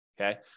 Okay